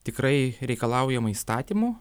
tikrai reikalaujama įstatymu